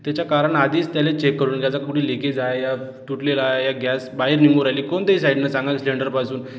त्याचं कारण आधीच त्याले चेक करून घ्यायचा कुठे लिकेज आहे या तुटलेलं आहे या गॅस बाहेर निघू राहिली कोणत्याही साईडने सांगायचं सिलिंडरपासून